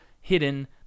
hidden